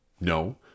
No